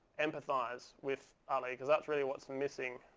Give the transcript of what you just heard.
empathize with ali, because that's really what's missing.